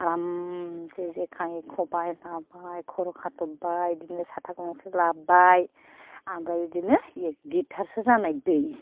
आरामसे जेखाइ खबाइ लाबाय खर' खाथबबाय बिदिनो साथा गंसे लाबाय ओमफ्राय बिदिनो एक लिटारसो जानाय दै